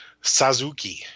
Suzuki